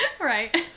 Right